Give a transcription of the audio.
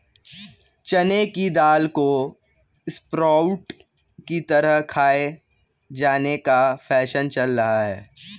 चने की दाल को स्प्रोउट की तरह खाये जाने का फैशन चल रहा है